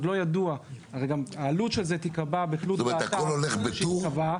העלות תקבע בתלות האתר שיקבע.